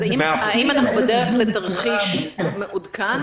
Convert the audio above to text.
אז האם אנחנו בדרך לתרחיש מעודכן,